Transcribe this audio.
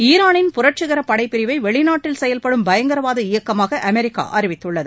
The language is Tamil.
ஈரானின் புரட்சிகர படைப் பிரிவை வெளிநாட்டில் செயல்படும் பயங்கரவாத இயக்கமாக அமெரிக்கா அறிவித்துள்ளது